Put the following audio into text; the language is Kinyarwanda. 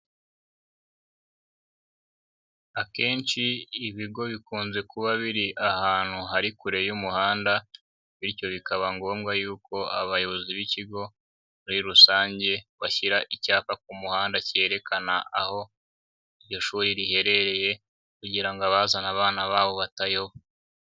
Akenshi ibigo bikunze kuba biri ahantu hari kure y'umuhanda bityo bikaba ngombwa yuko abayobozi b'ikigo muri rusange bashyira icyapa ku muhanda cyerekana aho iryo shuri riherereye, kugira ngo abazana abana babo batayoba.